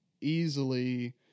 easily